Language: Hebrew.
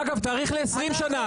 אגב, תאריך ל-20 שנה.